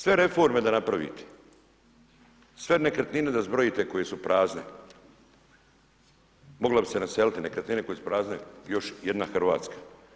Sve reforme da napravite, sve nekretnine da zbrojite koje su prazne, mogla bi se naseliti nekretnine koje su prazne još jedna Hrvatska.